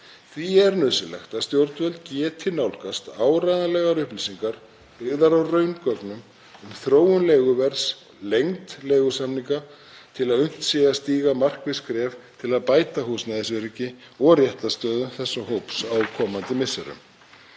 Því er nauðsynlegt að stjórnvöld geti nálgast áreiðanlegar upplýsingar byggðar á raungögnum um þróun leiguverðs og lengd leigusamninga til að unnt sé að stíga markviss skref til að bæta húsnæðisöryggi og réttarstöðu þessa hóps á komandi misserum.